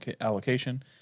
allocation